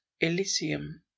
elysium